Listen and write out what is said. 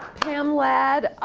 pam ladd,